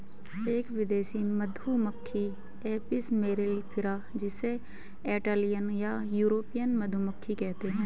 एक विदेशी मधुमक्खी एपिस मेलिफेरा जिसे इटालियन या यूरोपियन मधुमक्खी कहते है